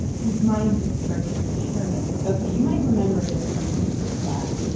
and his mind just starts churning ok, you might remember this from history class.